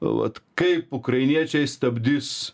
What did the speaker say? vat kaip ukrainiečiai stabdys